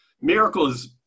Miracles